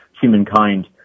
humankind